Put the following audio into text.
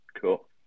Cool